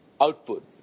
output